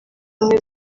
ubumwe